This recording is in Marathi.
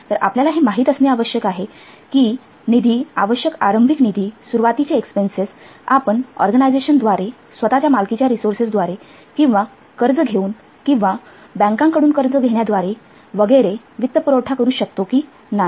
तर आपल्याला हे माहित असणे आवश्यक आहे की निधी आवश्यक आरंभिक निधी सुरुवातीचे एक्सपेन्सेस आपण ऑर्गनायझेशनद्वारे स्वतःच्या मालकीच्या रिसोर्सेस द्वारे किंवा कर्ज घेऊन किंवा बँकांकडून कर्ज घेण्या द्वारे वगैरे वित्तपुरवठा करू शकतो की नाही